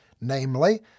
namely